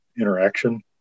interaction